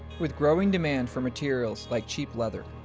with growing demand for materials like cheap leather,